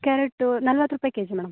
carrot ನಲ್ವತ್ತು ರೂಪಾಯಿ KG madam